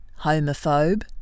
Homophobe